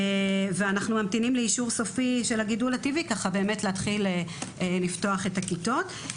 ואנחנו ממתינים לאישור סופי של הגידול הטבעי להתחיל לפתוח את הכיתות.